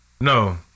No